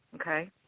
Okay